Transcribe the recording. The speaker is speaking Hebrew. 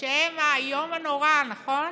שהם האיום והנורא, נכון,